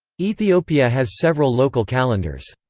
ethiopia has several local calendars.